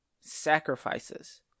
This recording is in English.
sacrifices